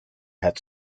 had